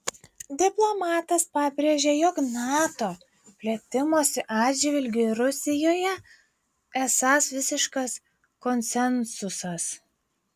diplomatas pabrėžė jog nato plėtimosi atžvilgiu rusijoje esąs visiškas konsensusas